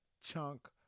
chunk